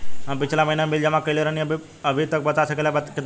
हम पिछला महीना में बिल जमा कइले रनि अभी बता सकेला केतना बाकि बा?